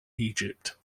egypt